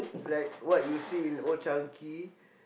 like what you see in Old-Chang-Kee